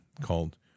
called